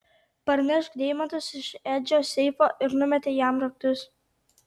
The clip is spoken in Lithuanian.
parnešk deimantus iš edžio seifo ir numetė jam raktus